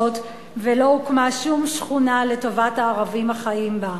ולא הוקמה שום שכונה לטובת הערבים החיים בה.